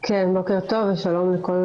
אני מבינה שזה לא פשוט.